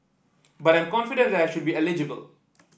but I'm confident that I should be eligible